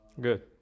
Good